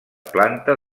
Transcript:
planta